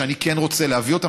ואני כן רוצה להביא אותם.